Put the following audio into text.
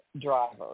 driver